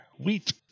Wheat